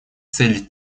цели